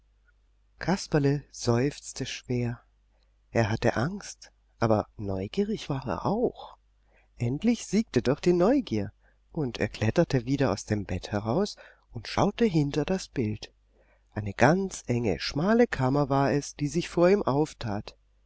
kasperle seufzte schwer er hatte angst aber neugierig war er auch endlich siegte doch die neugier und er kletterte wieder aus dem bett heraus und schaute hinter das bild eine ganz enge schmale kammer war es die sich vor ihm auftat